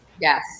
Yes